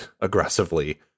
aggressively